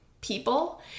people